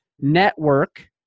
network